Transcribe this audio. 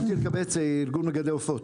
מוטי אלקבץ, ארגון מגדלי העופות.